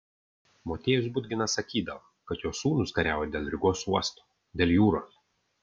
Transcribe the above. motiejus budginas sakydavo kad jo sūnus kariauja dėl rygos uosto dėl jūros